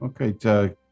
Okay